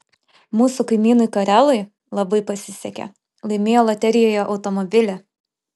mūsų kaimynui karelui labai pasisekė laimėjo loterijoje automobilį